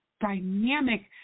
dynamic